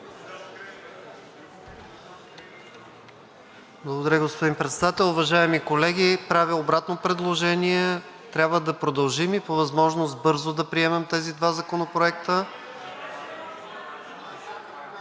Благодаря, господин Председател. Уважаеми колеги, правя обратно предложение. Трябва да продължим и по възможност бързо да приемем тези два законопроекта